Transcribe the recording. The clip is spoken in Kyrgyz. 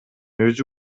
өзү